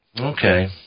Okay